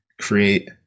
create